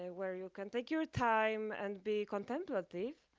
ah where you can take your time and be contemplative.